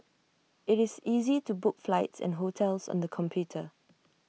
IT is easy to book flights and hotels on the computer